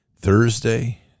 Thursday